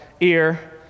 ear